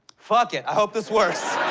fuck it. i hope this works.